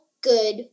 good